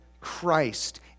Christ